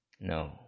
No